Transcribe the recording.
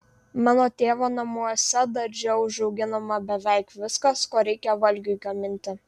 mano tėvo namuose darže užauginama beveik viskas ko reikia valgiui gaminti